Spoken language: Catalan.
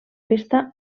festa